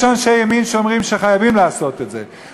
יש אנשי ימין שאומרים שחייבים לעשות את זה.